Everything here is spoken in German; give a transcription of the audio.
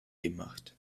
gemacht